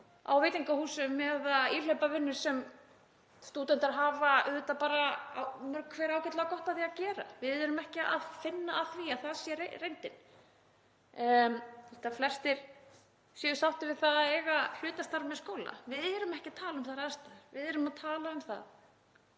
á veitingahúsum eða íhlaupavinnu sem stúdentar hafa auðvitað bara mörg hver ágætlega gott af því að gera. Við erum ekki að finna að því að það sé reyndin. Ég held að flestir séu sáttir við það að eiga hlutastarf með skóla. Við erum ekki að tala um þær aðstæður. Við erum að tala um að